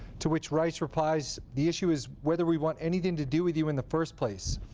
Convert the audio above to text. to which rice replies, the issue is whether we want anything to do with you in the first place.